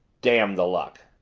damn the luck!